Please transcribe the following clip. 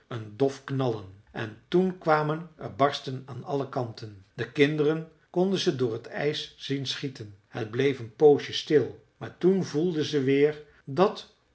een dof knallen en toen kwamen er barsten aan alle kanten de kinderen konden ze door het ijs zien schieten het bleef een poosje stil maar toen voelden ze weer dat